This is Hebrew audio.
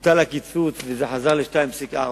הקיצוץ בוטל וזה חזר ל-2.4.